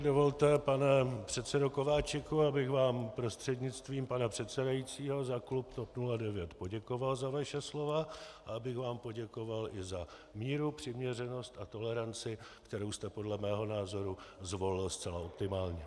Dovolte, pane předsedo Kováčiku, abych vám prostřednictvím pana předsedajícího za klub TOP 09 poděkoval za vaše slova a abych vám poděkoval i za míru, přiměřenost a toleranci, kterou jste podle mého názoru zvolil zcela optimálně.